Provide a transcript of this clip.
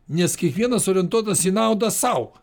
nes kiekvienas orientuotas į naudą sau